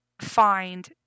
find